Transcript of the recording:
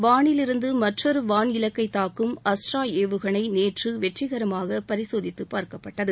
வானிலிருந்து மற்றொரு வான் இலக்கை தாக்கும் அஸ்த்ரா ஏவுகணை நேற்று வெற்றிகரமாக பரிசோதித்து பார்க்கப்பட்டது